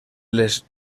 les